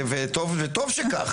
נכון, וטוב שכך.